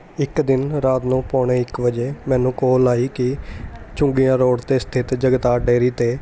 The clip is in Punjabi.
ਇੱਕ ਦਿਨ ਰਾਤ ਨੂੰ ਪੌਣੇ ਇੱਕ ਵਜੇ ਮੈਨੂੰ ਕਾੱਲ ਆਈ ਕਿ ਝੂੰਗੀਆਂ ਰੋਡ 'ਤੇ ਸਥਿਤ ਜਗਤਾਰ ਡੇਅਰੀ 'ਤੇ